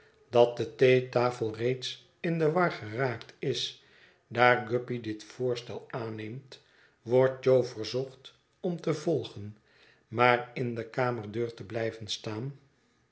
dat de theetafel reeds in de war geraakt is daar guppy dit voorstel aanneemt wordt jo verzocht om te volgen maar in de kamerdeur te blijven staan